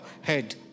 head